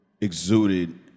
exuded